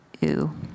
Ew